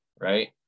right